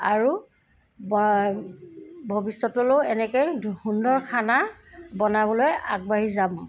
আৰু ব ভৱিষ্যতলৈও এনেকেই সুন্দৰ খানা বনাবলৈ আগবাঢ়ি যাম